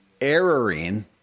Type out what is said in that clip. erroring